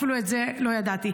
אפילו את זה לא ידעתי.